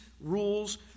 rules